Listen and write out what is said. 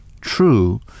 true